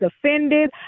offended